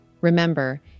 Remember